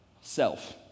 Self